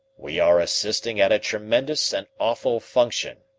we are assisting at a tremendous and awful function.